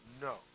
No